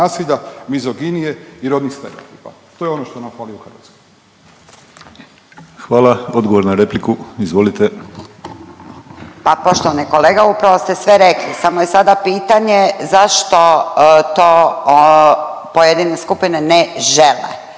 nasilja, mizoginije i rodnih stereotipa. To je ono što nam fali u Hrvatskoj. **Penava, Ivan (DP)** Hvala. Odgovor na repliku, izvolite. **Dragić, Irena (SDP)** Pa poštovani kolega upravo ste sve rekli samo je sada pitanje zašto to pojedine skupine ne žele